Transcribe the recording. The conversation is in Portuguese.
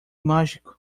mágico